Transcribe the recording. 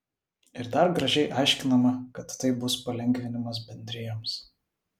ir dar gražiai aiškinama kad tai bus palengvinimas bendrijoms